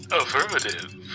Affirmative